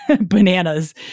bananas